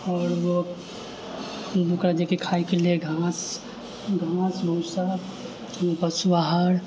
आर ओ ओकरा जेकि खायके लेल घास भूसा पशु आहार